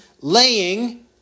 laying